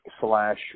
slash